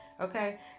okay